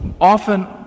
often